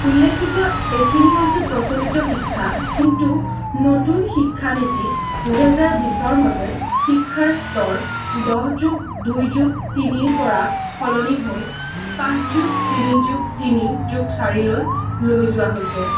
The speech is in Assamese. উল্লেখিত এইখিনি হৈছে প্ৰচলিত শিক্ষা কিন্তু নতুন শিক্ষা নীতি দুহেজাৰ বিছৰ মতে শিক্ষাৰ স্তৰ দহ যোগ দুই যোগ তিনিৰ পৰা সলনি হৈ পাঁচ যোগ তিনি যোগ তিনি যোগ চাৰিলৈ লৈ যোৱা হৈছে